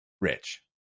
Rich